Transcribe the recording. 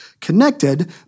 connected